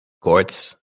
courts